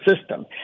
system